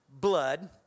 blood